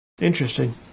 Interesting